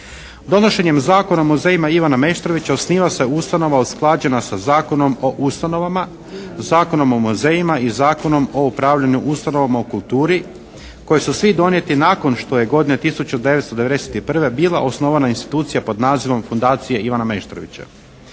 Donošenjem Zakona o muzejima Ivana Meštrovića osniva se ustanova usklađena sa Zakonom o ustanovama, Zakonom o muzejima i Zakonom o upravljanju ustanovama u kulturi koji su svi donijeti nakon što je godine 1991. bila osnovana institucija pod nazivom: "Fundacije Ivana Meštrovića".